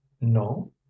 no